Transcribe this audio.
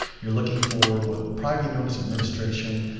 you're looking for what will probably be known as administration,